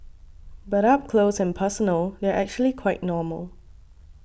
but up close and personal they're actually quite normal